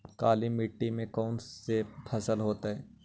काला मिट्टी में कौन से फसल होतै?